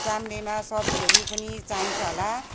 चाम्रेमा सब्जीहरू पनि चाहिन्छ होला